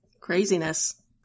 Craziness